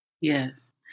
Yes